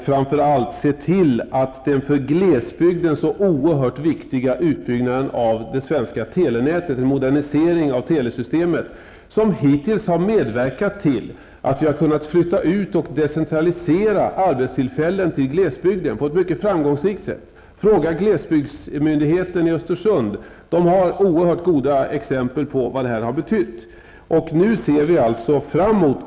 Framför allt gäller det den för glesbygden oerhört viktiga utbyggnaden av det svenska telenätet, moderniseringen av telesystemet, som hittills har medverkat till att vi på ett mycket framgångsrikt sätt har kunnat flytta ut och decentralisera arbetstillfällen till glesbygden. Fråga glesbygdsmyndigheten i Östersund! Den har oerhört goda exempel på vad det har betytt.